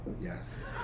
yes